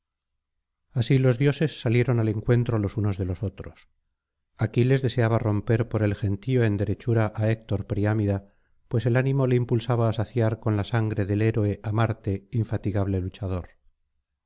así los dioses salieron al encuentro los unos délos otros aquiles deseaba romper por el gentío en derechura á héctor priámida pues el ánimo le impulsaba á saciar con la sangre del héroe á marte infatigable luchador